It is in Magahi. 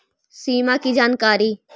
सिमा कि जानकारी?